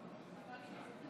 נגד.